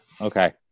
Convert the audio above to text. Okay